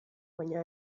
baina